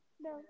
No